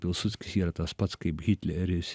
pilsudskis yra tas pats kaip hitleris